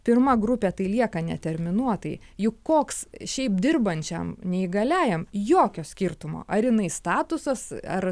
pirma grupė tai lieka neterminuotai juk koks šiaip dirbančiam neįgaliajam jokio skirtumo ar jinai statusas ar